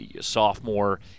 sophomore